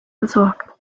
gesorgt